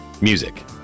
Music